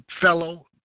fellow